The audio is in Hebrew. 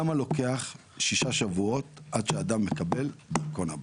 למה לוקח שישה שבועות עד שאדם מקבל דרכון הביתה?